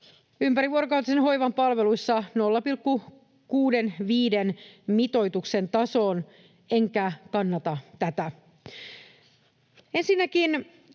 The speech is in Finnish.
ympärivuorokautisen hoivan palveluissa 0,65-mitoituksen tasoon, enkä kannata tätä. Ensinnäkin